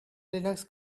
linux